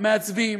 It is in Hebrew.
מעצבים,